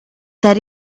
that